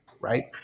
Right